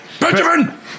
Benjamin